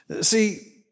See